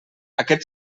aquest